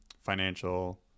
financial